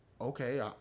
Okay